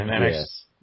Yes